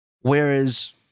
whereas